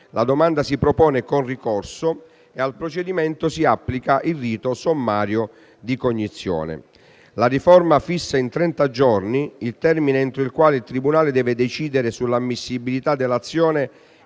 La domanda si propone con ricorso e al procedimento si applica il rito sommario di cognizione. La riforma fissa in trenta giorni il termine entro il quale il tribunale deve decidere sull'ammissibilità dell'azione